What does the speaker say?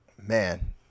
Man